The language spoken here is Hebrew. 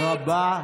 תודה רבה.